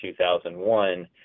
2001